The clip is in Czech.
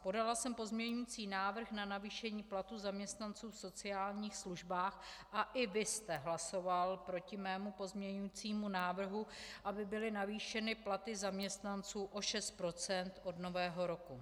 Podala jsem pozměňující návrh na navýšení platů zaměstnanců v sociálních službách a i vy jste hlasoval proti mému pozměňujícímu návrhu, aby byly navýšeny platy zaměstnanců o 6 % od Nového roku.